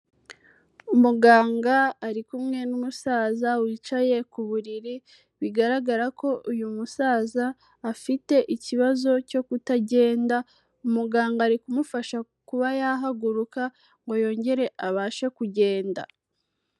Umuganga ari kumwe n'umusaza wicaye ku buriri bigaragara ko uyu musaza afite ikibazo cyo kutagenda, umuganga ari kumufasha kuba yahaguruka ngo yongere abashe kugenda.